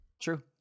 True